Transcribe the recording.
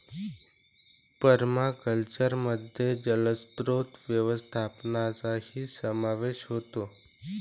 पर्माकल्चरमध्ये जलस्रोत व्यवस्थापनाचाही समावेश होतो